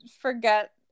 forget